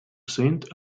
saint